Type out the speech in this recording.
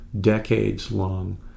decades-long